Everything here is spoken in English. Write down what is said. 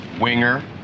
Winger